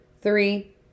Three